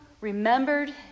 remembered